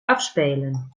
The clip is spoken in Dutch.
afspelen